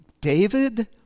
David